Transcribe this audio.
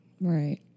Right